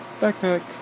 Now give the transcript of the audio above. Backpack